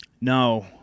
No